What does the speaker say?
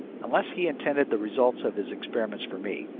unless he intended the results of his experiments for me.